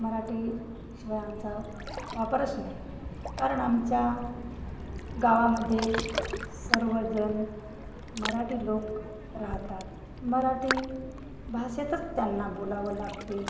मराठीशिवाय आमचा वापरच नाही कारण आमच्या गावामध्ये सर्वजण मराठी लोक राहतात मराठी भाषेतच त्यांना बोलावं लागते